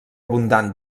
abundant